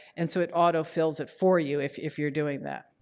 and so it auto fills it for you if if you're doing that.